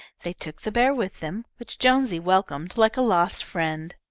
they took the bear with them, which jonesy welcomed like a lost friend.